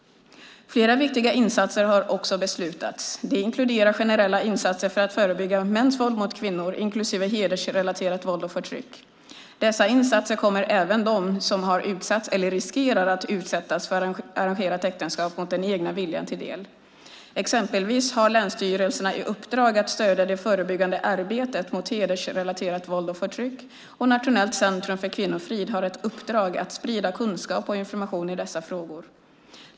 Flera viktiga insatser har också beslutats. Det inkluderar generella insatser för att förebygga mäns våld mot kvinnor, inklusive hedersrelaterat våld och förtryck. Dessa insatser kommer även dem som har utsatts, eller riskerar att utsättas, för arrangerat äktenskap mot den egna viljan till del. Exempelvis har länsstyrelserna i uppdrag att stödja det förebyggande arbetet mot hedersrelaterat våld och förtryck, och Nationellt centrum för kvinnofrid har ett uppdrag att sprida kunskap och information i dessa frågor.